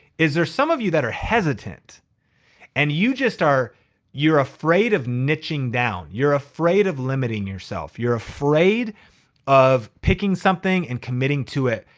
is there some of you that are hesitant and you just are afraid of niching down. you're afraid of limiting yourself. you're afraid of picking something and committing to it.